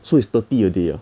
so is thirty a day ah